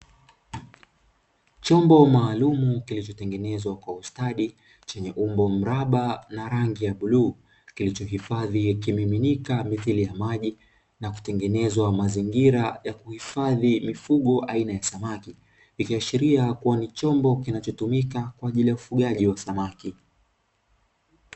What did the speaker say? Chonbo maalumu klilicho tengeneza kwa umbo la mstari mraba na rangi ya bluu kinacho tumika kuhifadhi samaki, kikiashiria kuwa ni chombo kinacho tumika kwa ajiri ya ufugaji wa samaki.